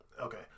Okay